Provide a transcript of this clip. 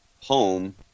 home